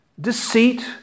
deceit